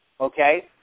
Okay